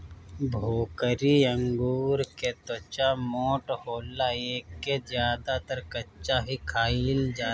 भोकरी अंगूर के त्वचा मोट होला एके ज्यादातर कच्चा ही खाईल जाला